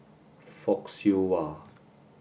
Fock Siew Wah